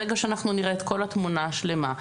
ברגע שאנחנו נראה את כל התמונה שלמה,